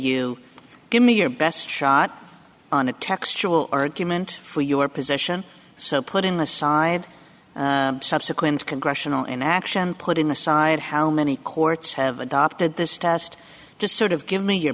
you give me your best shot on a textual argument for your position so putting aside subsequent congressional inaction put in the side how many courts have adopted this test just sort of give me your